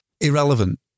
Irrelevant